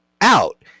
out